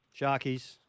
Sharkies